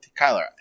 Kyler